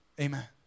Amen